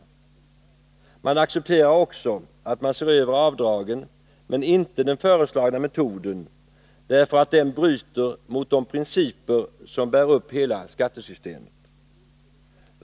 Verket accepterar också att man ser över avdragen, men inte den föreslagna metoden, därför att den bryter mot de principer som bär upp hela skattesystemet.